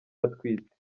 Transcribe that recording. atwite